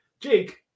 Jake